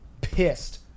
pissed